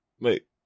Wait